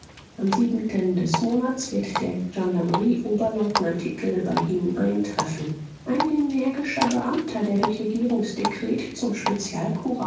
am siebenten des monats wird der gendarmerieoberleutnant hickel bei ihnen eintreffen ein energischer beamter der durch regierungsdekret zum